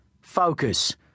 focus